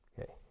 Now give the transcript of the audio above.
Okay